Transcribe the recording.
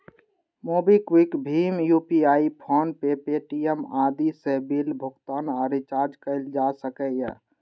MobiKwik, भीम UPI, PhonePe, Paytm आदि सं बिल भुगतान आ रिचार्ज कैल जा सकैए